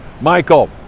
Michael